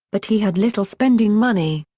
but he had little spending money.